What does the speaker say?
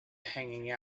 hanging